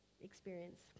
experience